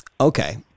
Okay